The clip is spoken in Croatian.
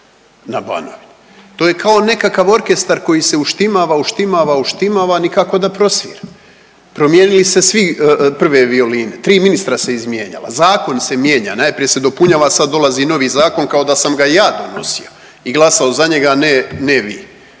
na Banovini. To je kao nekakav orkestar koji se uštimava, uštimava, uštimava nikako da prosvira. Promijenili se svi prve violine, 3 ministra se izmijenjala, zakon se mijenja, najprije se dopunjava, a sad dolazi novi zakon kao da sam ga i ja donosio i glasao za njega, a